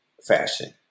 fashion